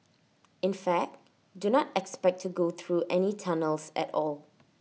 in fact do not expect to go through any tunnels at all